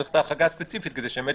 צריך את ההחרגה הספציפית כדי שהם באמת